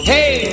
Hey